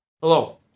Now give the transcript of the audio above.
Hello